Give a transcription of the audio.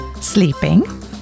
sleeping